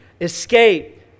escape